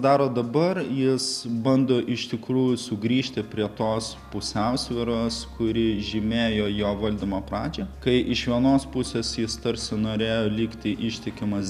daro dabar jis bando iš tikrųjų sugrįžti prie tos pusiausvyros kuri žymėjo jo valdymo pradžią kai iš vienos pusės jis tarsi norėjo likti ištikimas